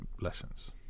lessons